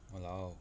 !walao!